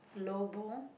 lobo